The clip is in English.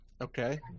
Okay